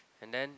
and then